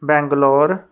Bangalore